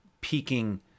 peaking